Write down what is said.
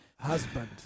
Husband